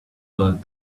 earth